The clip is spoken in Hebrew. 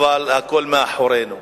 אבל הכול מאחורינו.